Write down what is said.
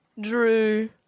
drew